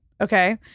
okay